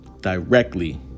directly